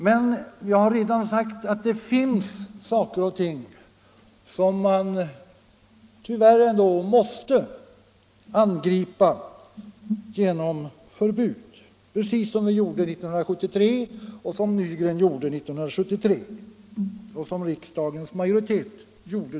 Men jag har redan sagt och jag vill upprepa det, det finns saker och ting som man tyvärr ändå måste angripa genom förbud, precis som vi gjorde 1973 — även herr Nygren och riksdagens majoritet.